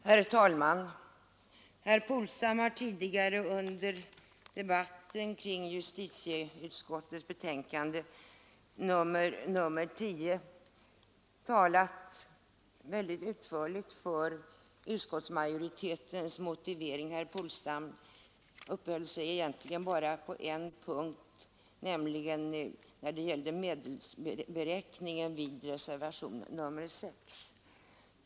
Herr talman! Herr Polstam har tidigare under debatten kring justitieutskottets betänkande nr 10 utförligt talat för utskottsmajoritetens motiveringar. Det var egentligen bara på en punkt som herr Polstam avvek från utskottsmajoriteten, nämligen när det gällde medelsberäkningen, som tas upp i reservationen 6.